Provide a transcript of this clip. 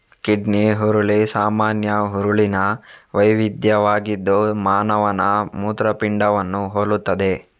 kidney ಹುರುಳಿ ಸಾಮಾನ್ಯ ಹುರುಳಿನ ವೈವಿಧ್ಯವಾಗಿದ್ದು ಮಾನವನ ಮೂತ್ರಪಿಂಡವನ್ನು ಹೋಲುತ್ತದೆ